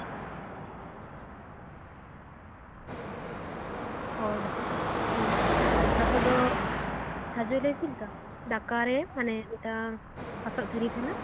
ᱚ ᱫᱟᱠᱟ ᱠᱚ ᱫᱟᱠᱟ ᱠᱚᱫᱚ ᱠᱷᱟᱸᱡᱚᱭᱟᱞᱮ ᱪᱮᱫᱞᱮᱠᱟ ᱫᱟᱠᱟ ᱨᱮ ᱢᱟᱱᱮ ᱢᱤᱫᱫᱷᱟᱣ ᱠᱟᱥᱟ ᱛᱷᱟᱹᱨᱤ ᱛᱟᱦᱮᱱᱟ